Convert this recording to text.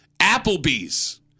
Applebee's